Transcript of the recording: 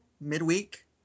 midweek